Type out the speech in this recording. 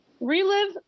Relive